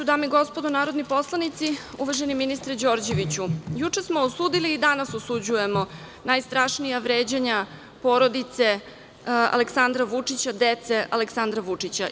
Dame i gospodo narodni poslanici, uvaženi ministre Đorđeviću, juče smo osudili i danas osuđujemo najstrašnija vređanja porodice Aleksandra Vučića, dece Aleksandra Vučića.